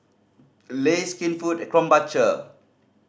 Lays Skinfood and Krombacher